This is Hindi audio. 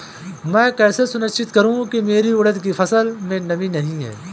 मैं कैसे सुनिश्चित करूँ की मेरी उड़द की फसल में नमी नहीं है?